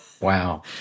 wow